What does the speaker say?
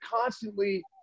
constantly